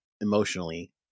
emotionally